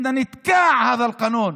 בנסיבות של האירוע,